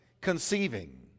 conceiving